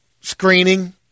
screening